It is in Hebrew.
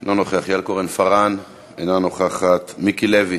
לא נוכח, יעל כהן-פארן, אינה נוכחת, מיקי לוי,